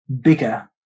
bigger